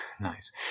nice